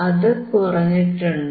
അത് കുറഞ്ഞിട്ടുണ്ട്